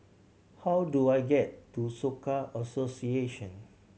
how do I get to Soka Association